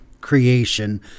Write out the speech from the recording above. creation